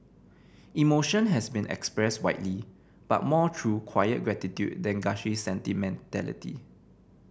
emotion has been expressed widely but more through quiet gratitude than gushy sentimentality